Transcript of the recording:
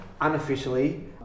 unofficially